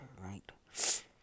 right